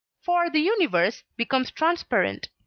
for the universe becomes transparent,